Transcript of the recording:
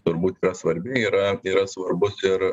turbūt yra svarbi yra yra svarbus ir